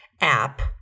app